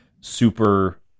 super